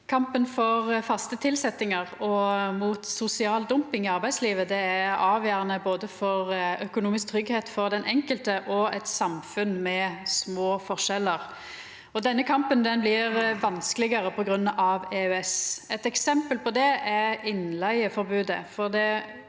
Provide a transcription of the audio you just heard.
Kampen for faste til- setjingar og mot sosial dumping i arbeidslivet er avgjerande både for økonomisk tryggleik for den enkelte og for eit samfunn med små forskjellar. Denne kampen blir vanskelegare på grunn av EØS. Eit eksempel på det er innleigeforbodet.